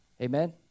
Amen